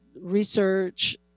research